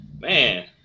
Man